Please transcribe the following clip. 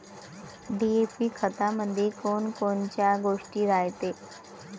DAP खतामंदी कोनकोनच्या गोष्टी रायते?